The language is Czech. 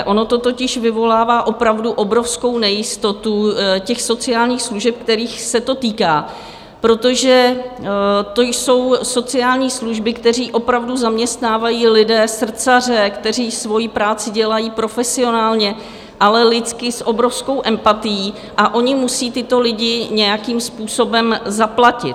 Ono to totiž vyvolává opravdu obrovskou nejistotu sociálních služeb, kterých se to týká, protože to jsou sociální služby, které opravdu zaměstnávají lidi srdcaře, kteří svoji práci dělají profesionálně, ale lidsky, s obrovskou empatií, a oni musí tyto lidi nějakým způsobem zaplatit.